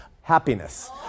Happiness